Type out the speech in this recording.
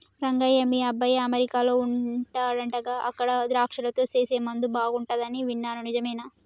రంగయ్య మీ అబ్బాయి అమెరికాలో వుండాడంటగా అక్కడ ద్రాక్షలతో సేసే ముందు బాగుంటది అని విన్నాను నిజమేనా